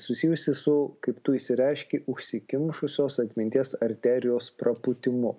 susijusi su kaip tu išsireiškei užsikimšusios atminties arterijos prapūtimu